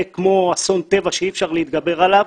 כמו אסון טבע שאי אפשר להתגבר עליו,